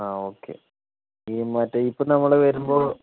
ആ ഓക്കേ ഈ മറ്റേ ഇപ്പോൾ ഇപ്പോൾ നമ്മൾ വരുമ്പോൾ